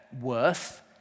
worth